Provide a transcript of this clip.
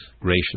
gracious